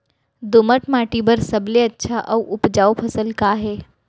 दोमट माटी बर सबले अच्छा अऊ उपजाऊ फसल का हे?